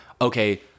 okay